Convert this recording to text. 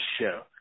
show